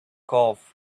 cough